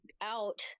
out